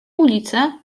ulice